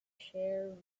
share